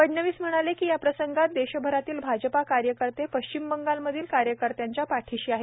फडणवीस म्हणाले की या प्रसंगात देशभरातील भाजपा कार्यकर्ते पश्चिम बंगालमधील कार्यकर्त्यांच्या पाठीशी आहेत